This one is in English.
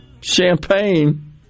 champagne